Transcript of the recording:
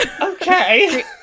Okay